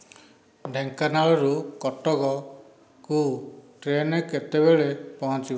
ଢେଙ୍କାନାଳରୁ କଟକକୁ ଟ୍ରେନ୍ କେତେ ବେଳେ ପହଞ୍ଚିବ